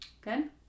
Good